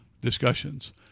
discussions